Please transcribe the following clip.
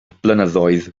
blynyddoedd